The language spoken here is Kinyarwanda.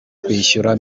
kwishyura